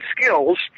skills